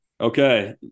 Okay